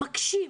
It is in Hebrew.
מקשים.